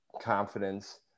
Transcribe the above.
confidence